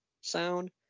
sound